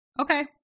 Okay